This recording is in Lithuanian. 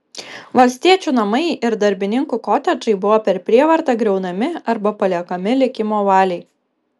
valstiečių namai ir darbininkų kotedžai buvo per prievartą griaunami arba paliekami likimo valiai